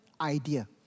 idea